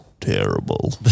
terrible